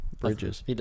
bridges